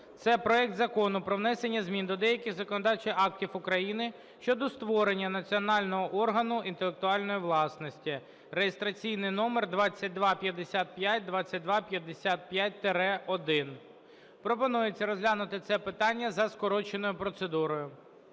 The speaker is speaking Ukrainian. це проект Закону про внесення змін до деяких законодавчих актів України щодо створення національного органу інтелектуальної власності (реєстраційні номери 2255, 2255-1). Пропонується розглянути це питання за скороченою процедурою.